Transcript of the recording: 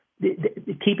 Keep